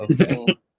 okay